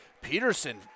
Peterson